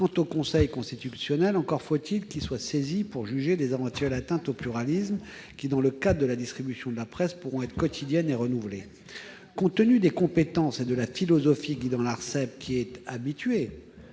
Quant au Conseil constitutionnel, encore faut-il qu'il soit saisi pour juger des éventuelles atteintes au pluralisme qui, dans le cadre de la distribution de la presse, pourront être quotidiennes et renouvelées. Compte tenu des compétences et de la philosophie guidant l'Arcep, qui est habituée